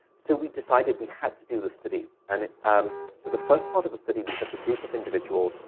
so we decided we had to do the study. and um so the first part of the study, we took a group of individuals,